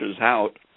out